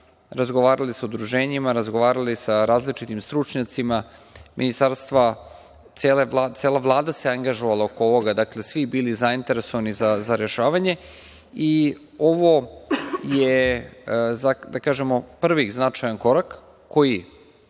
razgovarali sa udruženjima, razgovarali sa različitim stručnjacima Ministarstva, cela Vlada se angažovala oko ovoga, dakle, svi bili zainteresovani za rešavanje. Ovo je, da kažemo, prvi značajan korak koji,